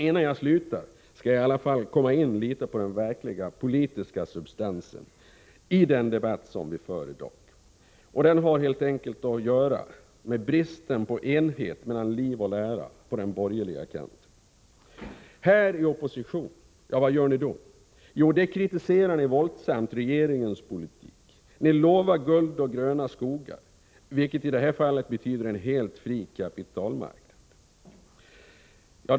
Innan jag slutar skall jag i alla fall komma fram till den verkliga politiska substansen i den debatt som vi för i dag. Den har att göra med bristen på enhet mellan liv och lära på den borgerliga kanten. Här i opposition kritiserar ni våldsamt regeringens politik och lovar guld och gröna skogar, vilket i detta fall betyder en helt fri kapitalmarknad.